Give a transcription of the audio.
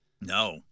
No